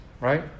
right